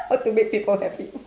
how to make people happy